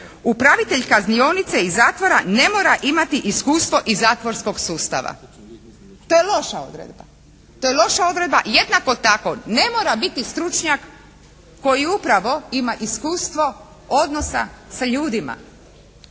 upravitelj kaznionice i zatvora ne mora imati iskustvo iz zatvorskog sustava. To je loša odredba. To je loša odredba, jednako tako ne mora biti stručnjak koji upravo ima iskustvo odnosa sa ljudima.